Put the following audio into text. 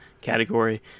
category